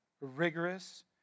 rigorous